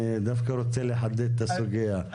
אני דווקא רוצה לחדד את הסוגייה,